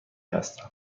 هستم